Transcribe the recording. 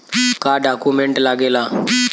का डॉक्यूमेंट लागेला?